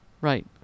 right